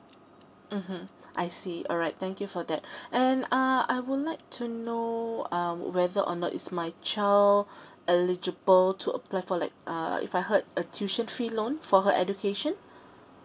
mmhmm I see alright thank you for that and uh I would like to know um whether or not is my child eligible to apply for like uh if I heard a tuition fee loan for her education